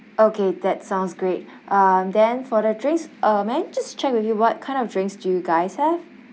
okay that sounds great um then for the drinks um may I just check with you what kind of drinks do you guys have